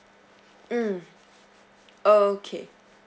mm okay